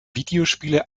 videospiele